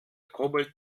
kobold